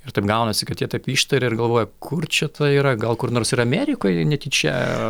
ir taip gaunasi kad jie taip ištaria ir galvoja kur čia ta yra gal kur nors ir amerikoj netyčia